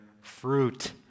fruit